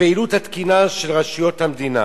הפעילות התקינה של רשויות המדינה,